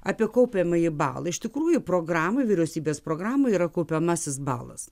apie kaupiamąjį balą iš tikrųjų programai vyriausybės programoje yra kaupiamasis balas